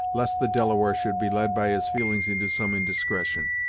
lest the delaware should be led by his feelings into some indiscretion.